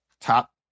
top